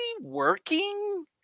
working